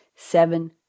Seven